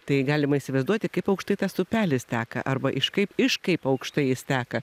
tai galima įsivaizduoti kaip aukštai tas upelis teka arba iš kaip iš kaip aukštai jis teka